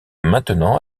maintenant